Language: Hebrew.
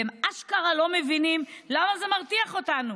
והם אשכרה לא מבינים למה זה מרתיח אותנו.